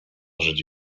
żyć